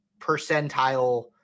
percentile